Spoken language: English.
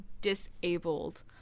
disabled